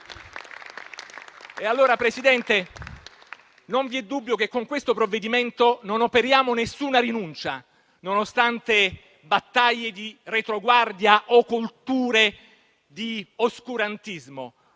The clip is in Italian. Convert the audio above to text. Signor Presidente, non vi è dubbio che con questo provvedimento non operiamo nessuna rinuncia, nonostante battaglie di retroguardia o culture di oscurantismo.